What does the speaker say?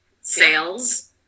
Sales